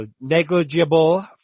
negligible